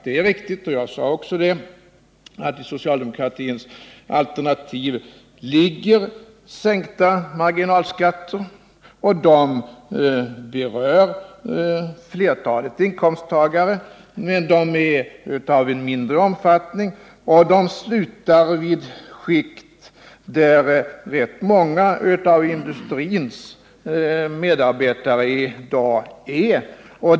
Det är visserligen riktigt — det framhöll jag tidigare — att det i socialdemokratins alternativ ligger sänkta marginalskatter som berör flertalet inkomsttagare, men de är av en mindre omfattning och de slutar vid skikt där rätt många av de anställda inom industrin i dag ligger.